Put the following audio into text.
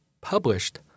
published